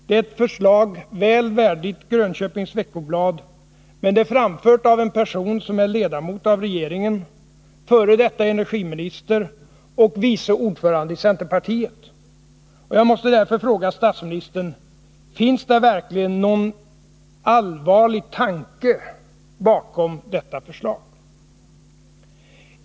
Det är ett förslag väl värdigt Grönköpings Veckoblad, men det är framfört av en person som är ledamot av regeringen, f. d. energiminister och vice ordförande i centerpartiet. Jag måste därför fråga statsministern: Finns det verkligen någon allvarlig tanke bakom detta förslag?